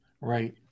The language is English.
Right